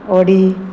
Audi